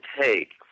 take